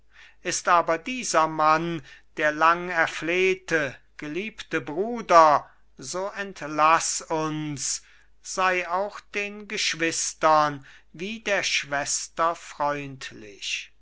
ist aber dieser mann der lang erflehte geliebte bruder so entlaß uns sei auch den geschwistern wie der schwester freundlich